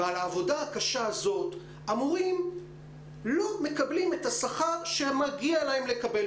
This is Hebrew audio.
על העבודה הקשה הזו המורים לא מקבלים את השכר שמגיע להם לקבל,